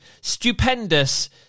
stupendous